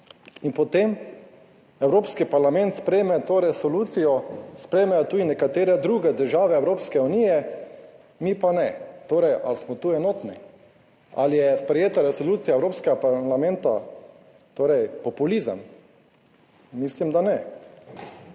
in potem Evropski parlament sprejme to resolucijo, sprejmejo tudi nekatere druge države Evropske unije, mi pa ne. Torej, ali smo tu enotni? Ali je sprejeta resolucija Evropskega parlamenta torej populizem? Mislim, da ne.